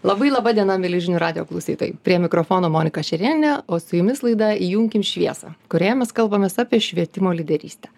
labai laba diena mieli žinių radijo klausytojai prie mikrofono monika šerėnienė o su jumis laida įjunkim šviesą kurioje mes kalbamės apie švietimo lyderystę